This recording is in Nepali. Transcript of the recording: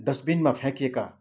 डस्टबिनमा फ्याँकिएका